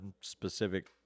specific